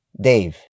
Dave